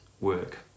work